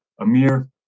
Amir